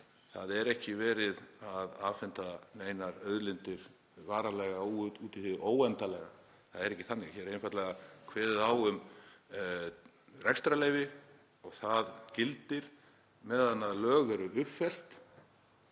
Það er ekki verið að afhenda neinar auðlindir varanlega út í hið óendanlega. Það er ekki þannig. Hér er einfaldlega kveðið á um rekstrarleyfi og það gildir meðan lög eru uppfyllt